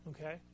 okay